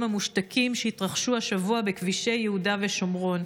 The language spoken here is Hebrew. המושתקים שהתרחשו השבוע בכבישי יהודה ושומרון.